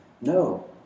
No